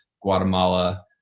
guatemala